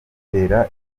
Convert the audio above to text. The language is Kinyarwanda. bitera